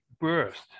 burst